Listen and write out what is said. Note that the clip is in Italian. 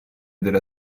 delle